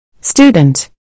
Student